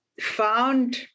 found